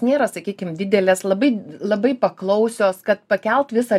nėra sakykim didelės labai labai paklausios kad pakelt visą